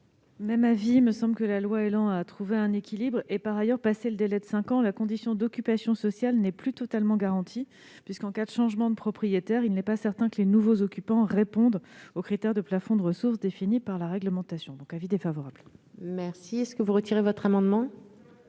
Même avis. Il me semble que la loi ÉLAN a trouvé un équilibre. Par ailleurs, passé le délai de cinq ans, la condition d'occupation sociale n'est plus totalement garantie puisque, en cas de changement de propriétaire, il n'est pas certain que les nouveaux occupants répondent aux critères de plafond de ressources définis par la réglementation. Madame Procaccia, l'amendement